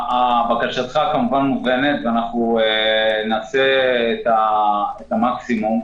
בקשתך כמובן מובנת ואנחנו נעשה את המקסימום.